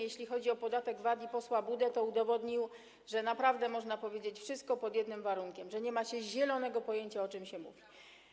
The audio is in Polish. Jeśli chodzi o podatek VAT i posła Budę, to udowodnił, że naprawdę można powiedzieć wszystko - pod jednym warunkiem: że nie ma się zielonego pojęcia, o czym się mówi.